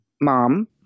mom